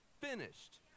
finished